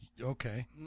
okay